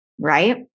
right